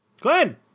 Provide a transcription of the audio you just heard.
glenn